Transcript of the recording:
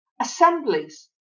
assemblies